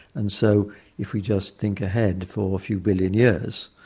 and so if we just think ahead for a few billion years,